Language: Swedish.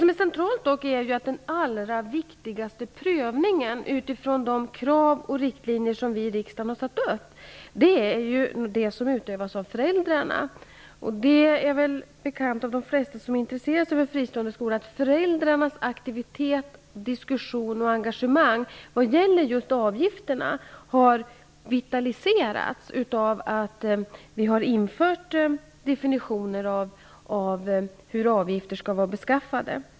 Det centrala är dock att den allra viktigaste prövningen med utångspunkt i de krav och riktlinjer som riksdagen har satt upp är den prövning som utövas av föräldrarna. Det är väl bekant för de flesta som intresserar sig för fristående skolor att föräldrarnas aktiviteter, diskussioner och engagemang har vitaliserats av att vi har infört definitioner av hur avgifterna skall vara beskaffade.